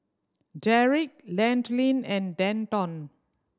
Derick Landin and Denton